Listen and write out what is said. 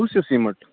کُس ہیٛوٗ سیٖمَٹھ